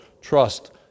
trust